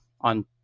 on